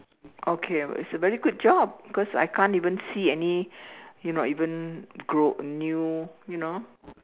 okay it's a very good job because I can't even see any you know even grow new you know